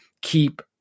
keep